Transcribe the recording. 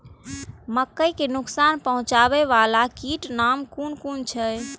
मके के नुकसान पहुँचावे वाला कीटक नाम कुन कुन छै?